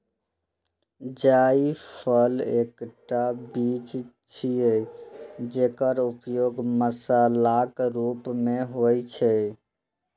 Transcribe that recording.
जायफल एकटा बीज छियै, जेकर उपयोग मसालाक रूप मे होइ छै